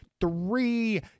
Three